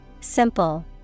Simple